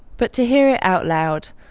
but to hear it out loud,